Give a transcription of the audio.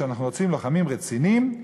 שאנחנו רוצים לוחמים רציניים,